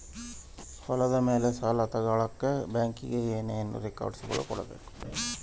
ಹೊಲದ ಮೇಲೆ ಸಾಲ ತಗಳಕ ಬ್ಯಾಂಕಿಗೆ ಏನು ಏನು ರೆಕಾರ್ಡ್ಸ್ ಕೊಡಬೇಕು?